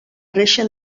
reixa